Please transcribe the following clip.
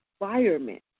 environment